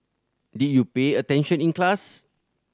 did you pay attention in class